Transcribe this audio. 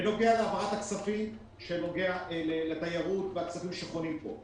בנוגע להעברת הכספים בנושא התיירות והכספים שחונים כאן.